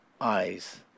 eyes